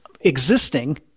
existing